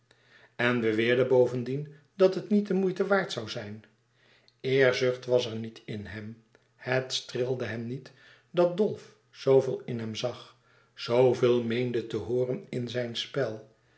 en beweerde bovendien dat het niet de moeite waard zoû zijn eerzucht was er niet in hem het streelde hem niet dat dolf zooveel in hem zag zooveel meende te hooren in zijn spel